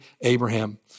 Abraham